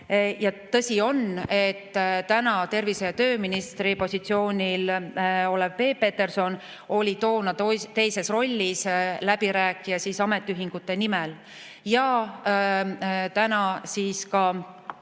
Tõsi on, et täna tervise‑ ja tööministri positsioonil olev Peep Peterson oli toona teises rollis, läbirääkija ametiühingute nimel, ja võib öelda,